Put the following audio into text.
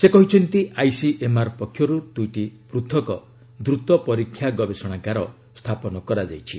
ସେ କହିଛନ୍ତି ଆଇସିଏମ୍ଆର୍ ପକ୍ଷରୁ ଦୁଇଟି ପୃଥକ ଦ୍ରୁତ ପରୀକ୍ଷା ଗବେଷଣାଗାର ସ୍ଥାପନ କରାଯାଇଛି